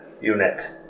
unit